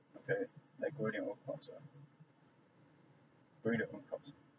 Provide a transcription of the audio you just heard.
okay like go in your own thoughts ah go into your own thoughts